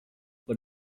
but